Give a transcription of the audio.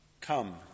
Come